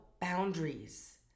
boundaries